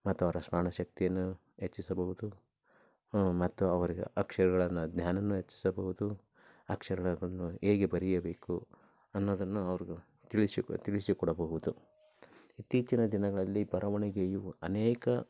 ಮತ್ತು ಅವರ ಸ್ಮರಣ ಶಕ್ತಿಯನ್ನು ಹೆಚ್ಚಿಸಬಹುದು ಮತ್ತು ಅವರಿಗೆ ಅಕ್ಷರಗಳ ಜ್ಞಾನವು ಹೆಚ್ಚಿಸಬಹುದು ಅಕ್ಷರಗಳನ್ನು ಹೇಗೆ ಬರೆಯಬೇಕು ಅನ್ನೋದನ್ನು ಅವ್ರಿಗು ತಿಳಿಸಿ ತಿಳಿಸಿಕೊಡಬಹುದು ಇತ್ತೀಚಿನ ದಿನಗಳಲ್ಲಿ ಬರವಣಿಗೆಯು ಅನೇಕ